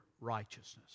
righteousness